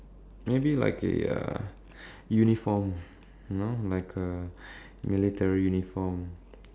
maybe like a a uniform you know like a military uniform